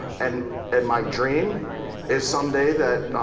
and and my dream is someday that,